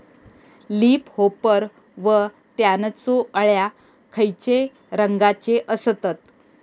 Leaf hopper व त्यानचो अळ्या खैचे रंगाचे असतत?